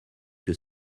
que